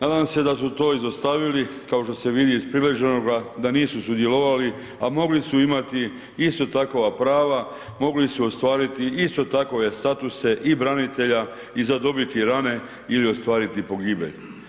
Nadam se da su to izostavili kao što se vidi iz priloženoga da nisu sudjelovali, a mogli su imati ista takva prava, mogli su ostvariti isto takve statuse i branitelja i zadobiti rane ili ostvariti pogibelj.